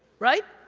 right?